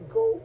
go